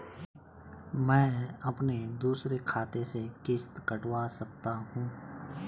मैं अपने दूसरे खाते से किश्त कटवा सकता हूँ?